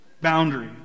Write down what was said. boundary